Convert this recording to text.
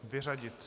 Vyřadit.